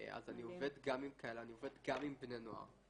אז אני עובד גם עם כאלה, אני עובד גם עם בני נוער.